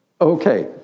Okay